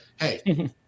hey